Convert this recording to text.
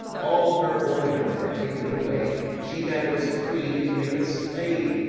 all her ornaments are taken away. she that was free is made a slave.